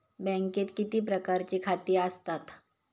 बँकेत किती प्रकारची खाती आसतात?